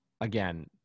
again